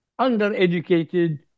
undereducated